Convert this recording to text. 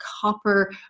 copper